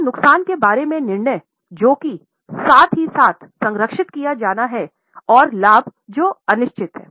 तो नुकसान के बारे में निर्णय जो कि साथ ही साथ संरक्षित किया जाना है औऱ लाभ जो अनिश्चित हैं